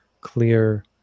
clear